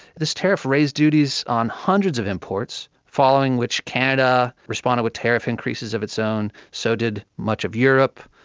this tariff raised duties on hundreds of imports following which canada responded with tariff increases of its own. so did much of europe.